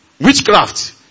witchcraft